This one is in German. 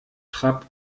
trapp